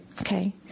okay